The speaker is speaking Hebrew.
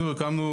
הקמנו